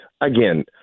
Again –